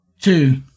Two